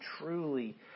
truly